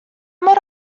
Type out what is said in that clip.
mor